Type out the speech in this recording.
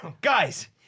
guys